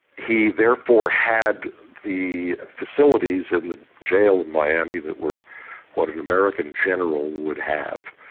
he therefore had the facilities of the jail in miami that were what an american general would have,